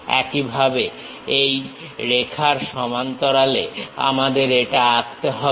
একইভাবে এই রেখার সমান্তরালে আমাদের এটা আঁকতে হবে